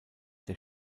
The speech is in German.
der